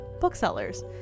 booksellers